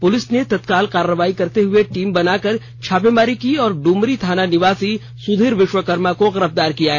police ने तत्काल कार्रवाई करते हुए टीम बनाकर छापेमारी की और ड्मरी थाना निवासी सुधीर विश्वकर्मा को गिरफ्तार किया गया